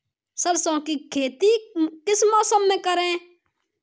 सरसों की खेती किस मौसम में करें?